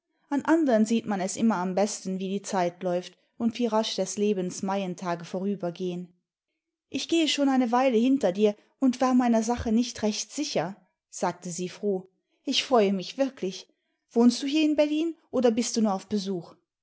an anderen sieht man es immer am besten wie die zeit läuft und wie rasch des lebens maientage vorübergehn ich gehe schon eine weile hinter dir und war meiner sache nicht recht sicher sagte sie froh ich freue mich wirklich wohnst du hier in berlin oder bist du nur auf besuch